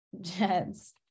Jets